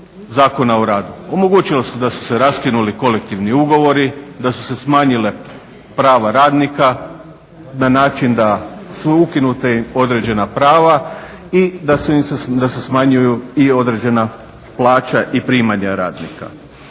Omogućilo se da su se raskinuli kolektivni ugovori, da su se smanjila prava radnika na način da su ukinuta određena prava i da se smanjuju i određena plaća i primanja radnika.